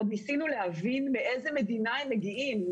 עוד ניסינו להבין מאיזו מדינה הם מגיעים,